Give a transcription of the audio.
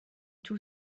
too